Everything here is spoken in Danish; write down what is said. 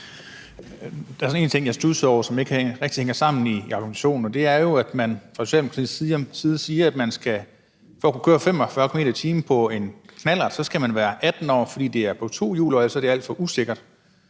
lige sådan en ting, jeg studsede over, og som ikke rigtig hænger sammen i argumentationen, og det er jo, at man fra Socialdemokratiets side siger, at man for at kunne køre 45 km/t. på en knallert skal være 18 år, fordi den er på to hjul, og det er alt for usikkert.